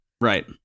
right